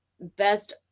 best